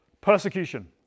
Persecution